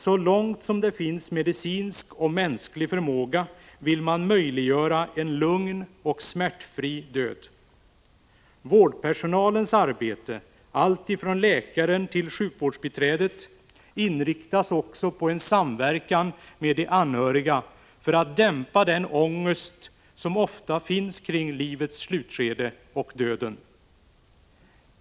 Så långt som det finns medicinsk och mänsklig förmåga vill man möjliggöra en lugn och smärtfri död. Vårdpersonalens arbete, alltifrån läkaren till sjukvårdsbiträdet, inriktas också på en samverkan med de anhöriga för att dämpa den ångest som ofta finns kring livets slutskede och döden.